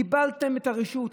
קיבלתם את הרשות,